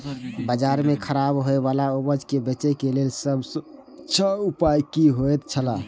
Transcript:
बाजार में खराब होय वाला उपज के बेचे के लेल सब सॉ अच्छा उपाय की होयत छला?